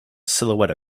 silhouette